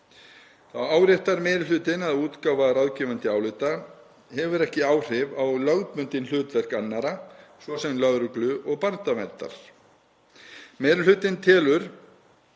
Þá áréttar meiri hlutinn að útgáfa ráðgefandi álita hefur ekki áhrif á lögbundin hlutverk annarra, svo sem lögreglu og barnaverndar. Meiri hlutinn telur